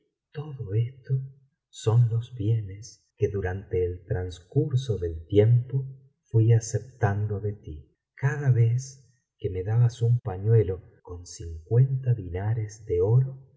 todo esto son los bienes que durante el transcurso del tiempo fui aceptando de ti cada vez que me dabas un pañuelo con cincuenta dinares de oro